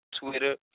Twitter